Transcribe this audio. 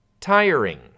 tiring